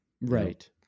Right